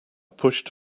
pushed